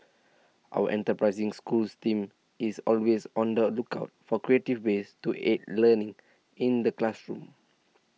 our enterprising Schools team is always on the lookout for creative ways to aid learning in the classroom